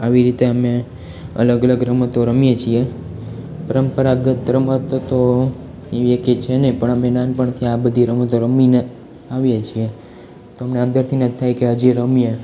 આવી રીતે અમે અલગ અલગ રમતો રમીએ છીએ પરંપરાગત રમત તો એવી એકેય છે નહીં પણ અમે નાનપણથી આ બધી રમતો રમીને આવીએ છીએ તો અમને અંદરથી જ થાય કે હજી રમીએ